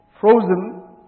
frozen